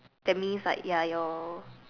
that means like your